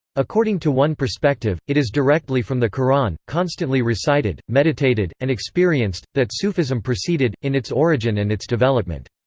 according to one perspective, it is directly from the qur'an, constantly recited, meditated, and experienced, that sufism proceeded, in its origin and its development.